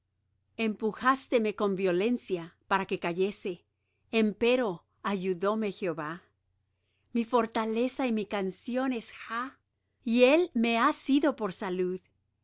romperé empujásteme con violencia para que cayese empero ayudóme jehová mi fortaleza y mi canción es jah y él me ha sido por salud